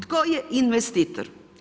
Tko je investitor?